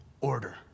order